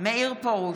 מאיר פרוש,